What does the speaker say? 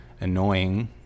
annoying